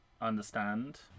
understand